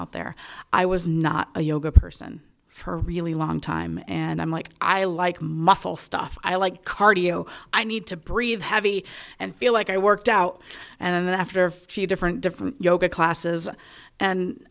out there i was not a yoga person for a really long time and i'm like i like muscle stuff i like cardio i need to breathe heavy and feel like i worked out and after a few different different yoga classes and